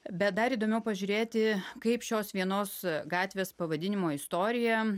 bet dar įdomiau pažiūrėti kaip šios vienos gatvės pavadinimo istorija